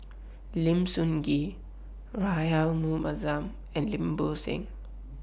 Lim Sun Gee Rahayu Mahzam and Lim Bo Seng